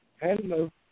Hello